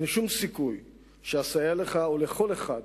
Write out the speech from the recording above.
אין שום סיכוי שאסייע לך או לכל אחד